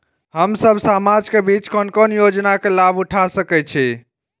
हम सब समाज के बीच कोन कोन योजना के लाभ उठा सके छी?